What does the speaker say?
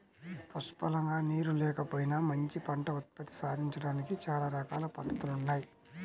పుష్కలంగా నీరు లేకపోయినా మంచి పంట ఉత్పత్తి సాధించడానికి చానా రకాల పద్దతులున్నయ్